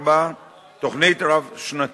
4. תוכנית רב-שנתית,